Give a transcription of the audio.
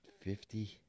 fifty